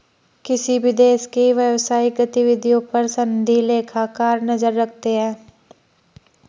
किसी भी देश की व्यवसायिक गतिविधियों पर सनदी लेखाकार नजर रखते हैं